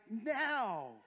now